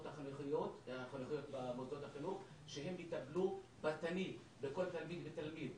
החינוכיות במוסדות החינוך שהן יטפלו פרטנית בכל תלמיד ותלמיד.